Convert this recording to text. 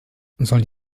sollen